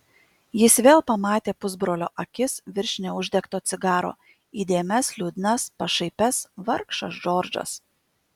jis vėl pamatė pusbrolio akis virš neuždegto cigaro įdėmias liūdnas pašaipias vargšas džordžas